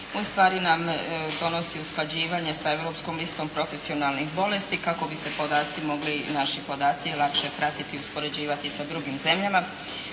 ustvari nam donosi usklađivanje sa europskom isto profesionalnih bolesti kako bi se podaci mogli, naši podaci lakše pratiti i uspoređivati sa drugim zemljama